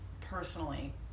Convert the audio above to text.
personally